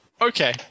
okay